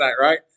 right